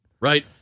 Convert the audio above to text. Right